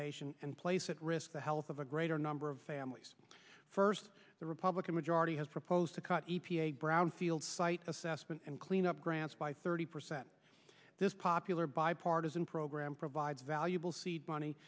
nation and place at risk the health of a greater number of families first the republican majority has proposed to cut a p a brownfield site assessment and clean up grants by thirty percent this popular bipartisan program provides valuable seed money